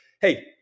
Hey